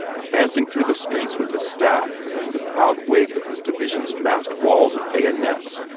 advancing through the streets with his staff in the proud wake of his division's massed walls of bayonets,